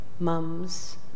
mums